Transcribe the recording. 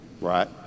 Right